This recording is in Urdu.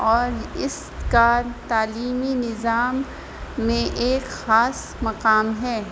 اور اس کا تعلیمی نظام میں ایک خاص مقام ہے